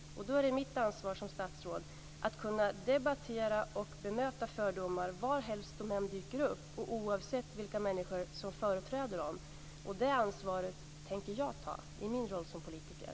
Då är det mitt ansvar som statsråd att kunna debattera och bemöta fördomar varhelst de dyker upp och oavsett vilka människor som företräder dem. Det ansvaret tänker jag ta i min roll som politiker.